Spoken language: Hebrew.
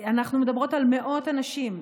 אנחנו מדברות על מאות אנשים,